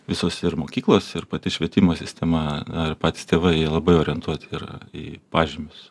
visos ir mokyklos ir pati švietimo sistema ar patys tėvai jie labai orientuoti yra į pažymius